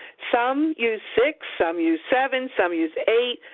some use six, some use seven, some use eight,